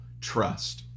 trust